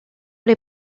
les